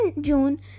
June